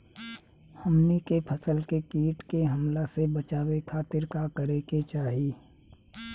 हमनी के फसल के कीट के हमला से बचावे खातिर का करे के चाहीं?